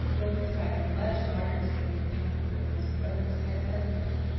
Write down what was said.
though he tried much harder to make them comfortable than his brothers had ever done.